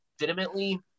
legitimately